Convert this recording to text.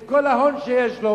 את כל ההון שיש לו,